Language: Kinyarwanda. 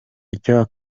icya